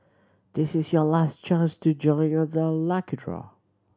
this is your last chance to join you the lucky draw